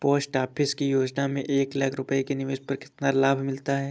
Post office की योजना में एक लाख रूपए के निवेश पर कितना लाभ मिलता है?